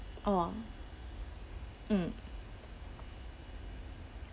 oh mm